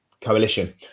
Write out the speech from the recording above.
coalition